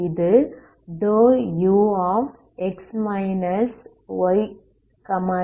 இது ∂ux yt∂